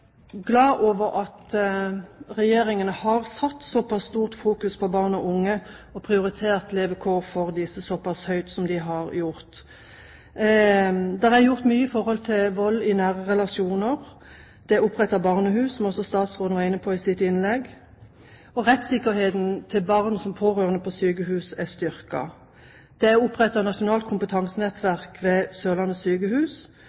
glad for at Regjeringen har satt såpass stort fokus på barn og unge og prioritert levekår for disse såpass høyt som den har gjort. Det er gjort mye når det gjelder vold i nære relasjoner. Det er opprettet barnehus, som også statsråden var inne på i sitt innlegg, og rettssikkerheten til barn som pårørende på sykehus er styrket. Det er opprettet et nasjonalt